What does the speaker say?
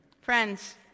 Friends